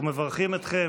אנחנו מברכים אתכם.